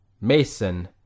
Mason